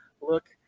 look